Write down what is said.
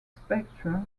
spectre